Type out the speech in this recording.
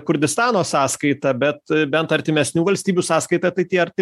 kurdistano sąskaita bet bent artimesnių valstybių sąskaita tai tie arti